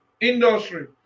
industry